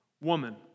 woman